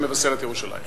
מבשרת-ירושלים.